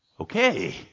Okay